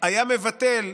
היה מבטל,